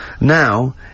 Now